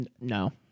No